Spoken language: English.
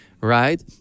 right